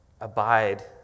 abide